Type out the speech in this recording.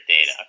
data